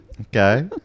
Okay